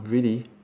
really